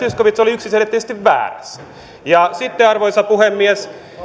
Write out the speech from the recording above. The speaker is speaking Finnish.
zyskowicz oli yksiselitteisesti väärässä arvoisa puhemies